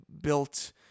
built